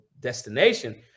destination